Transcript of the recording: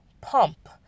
pump